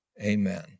Amen